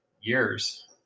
years